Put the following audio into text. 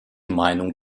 meinung